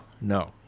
No